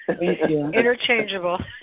Interchangeable